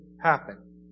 happen